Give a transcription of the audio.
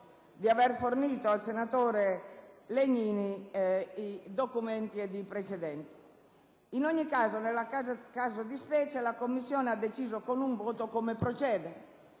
di aver fornito al senatore Legnini i documenti ed i precedenti. Nel caso di specie, la Commissione ha deciso con un voto come procedere.